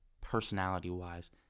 personality-wise